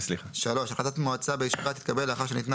החלטת מועצה בישיבה תתקבל לאחר שניתנה